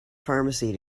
pharmacy